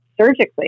surgically